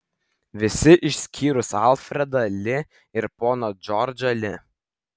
visi išskyrus alfredą li ir poną džordžą li